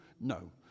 No